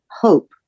Hope